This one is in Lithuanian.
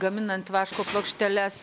gaminant vaško plokšteles